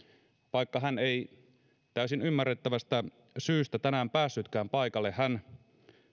vaikka hän ei täysin ymmärrettävästä syystä tänään päässytkään paikalle hän